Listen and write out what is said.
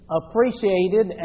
appreciated